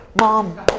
mom